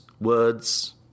words